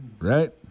right